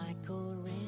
Michael